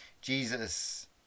Jesus